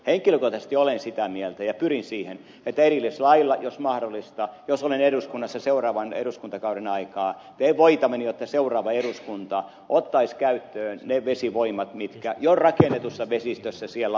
henkilökohtaisesti olen sitä mieltä ja pyrin siihen että erillislailla jos mahdollista jos olen eduskunnassa seuraavan eduskuntakauden aikaan teen voitavani jotta seuraava eduskunta ottaisi käyttöön ne vesivoimat mitkä jo rakennetussa vesistössä siellä ovat